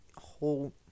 whole